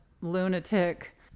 lunatic